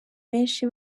benshi